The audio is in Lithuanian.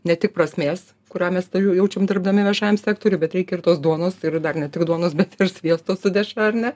ne tik prasmės kurią mes jaučiam dirbdami viešajam sektoriuj bet reikia ir tos duonos ir dar ne tik duonos bet ir sviesto su dešra ar ne